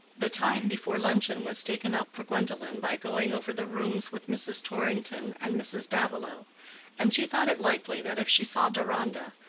the time before luncheon was taken up for gwendolen by going over the rooms with mrs. torrington and mrs. davilow and she thought it likely that if she saw deronda,